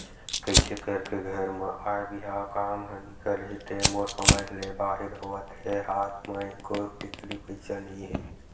कइसे करके घर म आय बिहाव काम ह निकलही ते मोर समझ ले बाहिर होवत हे हात म एको टिकली पइसा नइ हे